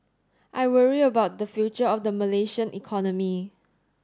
I worry about the future of the Malaysian economy